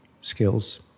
skills